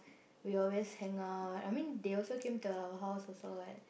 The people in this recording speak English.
we always hang out I mean they also came to our house also [what]